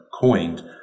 coined